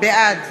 בעד